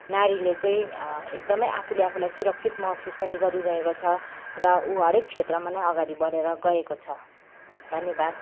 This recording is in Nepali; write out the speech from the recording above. नारीले चाहिँ एकदमै आफूले आफूलाई सुरक्षित महसुस पनि गरिरहेको छ र ऊ हरेक क्षेत्रमा नै अगाडि बढे्र गएको छ धन्यवाद